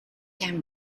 can